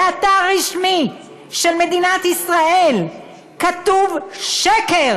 באתר רשמי של מדינת ישראל כתוב שקר